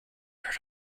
heard